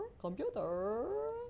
Computer